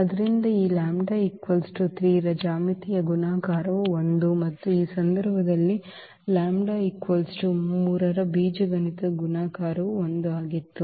ಆದ್ದರಿಂದ ಈ λ 3 ರ ಜ್ಯಾಮಿತೀಯ ಗುಣಾಕಾರವು 1 ಮತ್ತು ಈ ಸಂದರ್ಭದಲ್ಲಿ λ 3 ರ ಬೀಜಗಣಿತದ ಗುಣಾಕಾರವೂ 1 ಆಗಿತ್ತು